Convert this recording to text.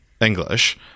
English